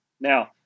Now